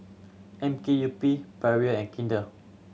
M K U P Perrier and Kinder